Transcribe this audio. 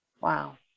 Wow